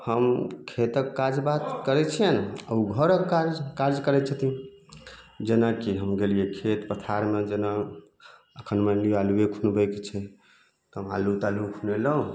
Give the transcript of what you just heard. हम खेतक काज बात करैत छिअनि आ ओ घरक काज काज करैत छथिन जेनाकि हम गेलिए खेत पथारमे जेना एखन मानि लिअ आलूए खुनबैके छै हम आलू तालू खुनेलहुँ